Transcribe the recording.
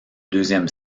deuxième